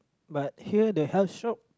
but here the health shop